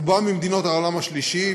רובם במדינות העולם השלישי,